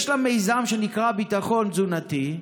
יש לה מיזם שנקרא ביטחון תזונתי,